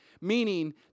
meaning